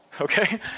okay